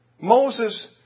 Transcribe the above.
Moses